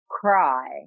cry